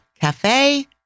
cafe